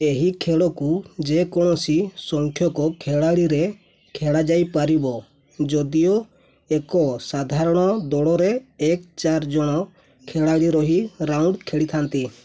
ଏହି ଖେଳକୁ ଯେକୌଣସି ସଂଖ୍ୟକ ଖେଳାଳିରେ ଖେଳାଯାଇପାରିବ ଯଦିଓ ଏକ ସାଧାରଣ ଦଳରେ ଏକ ଚାରି ଜଣ ଖେଳାଳି ରହି ରାଉଣ୍ଡ୍ ଖେଳିଥାନ୍ତି